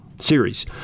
series